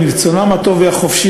מרצונן הטוב והחופשי,